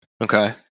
Okay